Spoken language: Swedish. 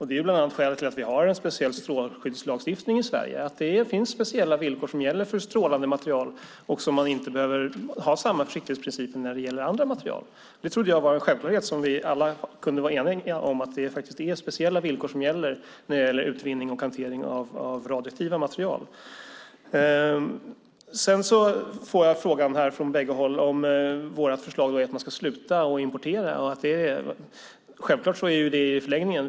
Det är bland annat skälet till att vi har en speciell strålskyddslagstiftning i Sverige, att det finns speciella villkor som gäller för strålande material och att man inte behöver ha samma försiktighetsprinciper när det gäller andra material. Det trodde jag var en självklarhet vi alla kunde vara eniga om. Det är faktiskt speciella villkor som gäller när det handlar om utvinning och hantering av radioaktiva material. Sedan får jag från bägge håll frågan om vårt förslag är att man ska sluta importera. Självklart är det detta i förlängningen.